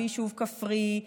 ביישוב כפרי,